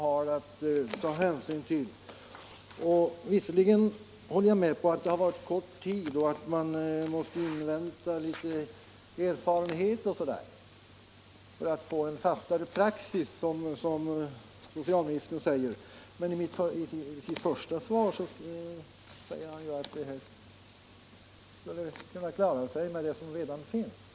preskriptionstid för Visserligen håller jag med om att bestämmelserna har gällt under kort — anmälningar till tid, att man måste invänta ytterligare erfarenheter osv. för att få en fastare — medicinalväsendets praxis, som socialministern säger. Men i sitt första svar menade han = ansvärsnämnd ju att det skulle kunna klara sig med vad som redan finns.